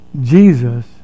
Jesus